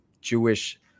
Jewish